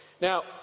Now